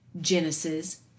Genesis